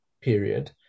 period